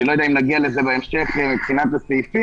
אני לא יודע אם נגיע לזה בהמשך מבחינת הסעיפים.